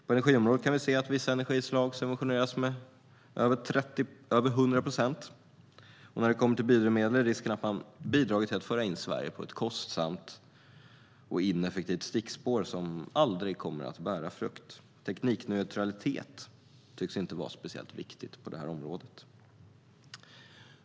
På energiområdet kan vi se att vissa energislag subventioneras med över 100 procent. När det gäller biodrivmedel är risken att man bidragit till att föra in Sverige på ett dyrt och ineffektivt stickspår som aldrig kommer att bära frukt. Teknikneutralitet tycks inte vara speciellt viktigt på detta område.